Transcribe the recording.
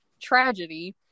tragedy